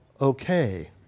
okay